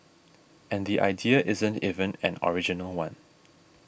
and the idea isn't even an original one